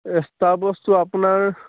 ৰেস্তা বস্তু আপোনাৰ